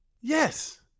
yes